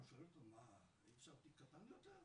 והוא שואל "מה, אי אפשר תיק קטן יותר?"